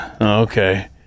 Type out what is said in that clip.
okay